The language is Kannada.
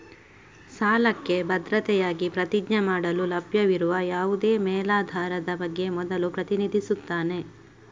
ಸಾಲಕ್ಕೆ ಭದ್ರತೆಯಾಗಿ ಪ್ರತಿಜ್ಞೆ ಮಾಡಲು ಲಭ್ಯವಿರುವ ಯಾವುದೇ ಮೇಲಾಧಾರದ ಬಗ್ಗೆ ಮೊದಲು ಪ್ರತಿನಿಧಿಸುತ್ತಾನೆ